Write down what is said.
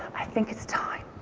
i think it's time.